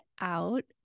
out